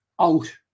out